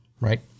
right